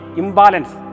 imbalance